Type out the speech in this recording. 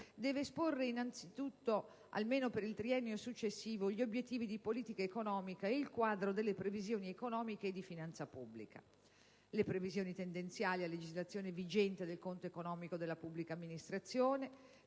deve esporre anzitutto, almeno per il triennio successivo, gli obiettivi di politica economica e il quadro delle previsioni economiche e di finanza pubblica, le previsioni tendenziali a legislazione vigente del conto economico della pubblica amministrazione,